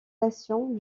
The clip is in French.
nations